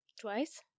Twice